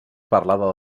parlada